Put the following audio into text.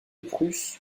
prusse